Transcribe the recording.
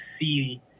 see